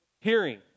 hearing